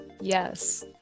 yes